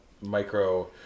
micro